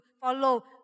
follow